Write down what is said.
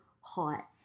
hot